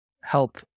help